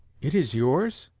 it is yours?